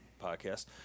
podcast